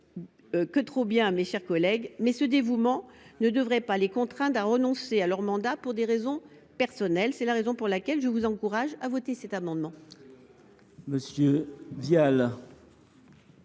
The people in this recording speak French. que trop bien, mes chers collègues, mais ce dévouement ne devrait pas les contraindre à renoncer à leur mandat pour des raisons personnelles. C’est la raison pour laquelle je vous encourage à voter pour cet amendement. La parole